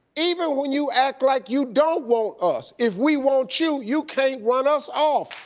even when you act like you don't want us, if we want you, you can't run us off.